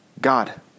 God